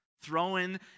Throwing